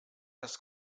das